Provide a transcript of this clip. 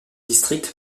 district